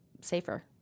safer